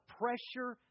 pressure